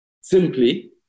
simply